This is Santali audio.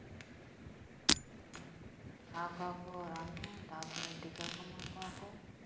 ᱠᱷᱟᱣᱟᱣ ᱠᱚᱣᱟ ᱠᱚ ᱨᱟᱱ ᱦᱚᱸ ᱛᱟᱯᱚᱨᱮ ᱴᱤᱠᱟ ᱠᱚ ᱮᱢᱟ ᱠᱚᱣᱟ ᱠᱚ